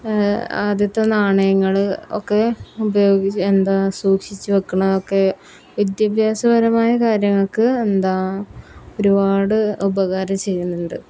ആദ്യത്തെ നാണയങ്ങൾ ഒക്കെ ഉപയോഗിച്ച് എന്താ സൂക്ഷിച്ച് വെക്കുന്നതൊക്കെ വിദ്യാഭ്യാസപരമായ കാര്യങ്ങൾക്ക് എന്താ ഒരുപാട് ഉപകാരം ചെയ്യുന്നുണ്ട്